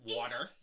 water